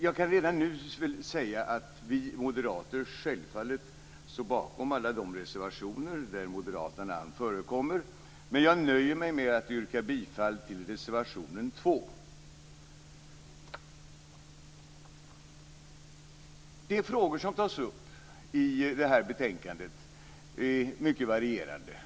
Jag kan redan nu säga att vi moderater självfallet står bakom alla de reservationer där moderata namn förekommer, men jag nöjer mig med att yrka bifall till reservationen 2. De frågor som tas upp i detta betänkande är mycket varierande.